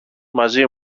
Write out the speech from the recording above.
μαζί